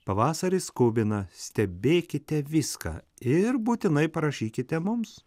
pavasaris skubina stebėkite viską ir būtinai parašykite mums